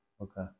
Okay